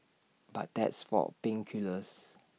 but that's for pain killers